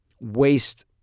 waste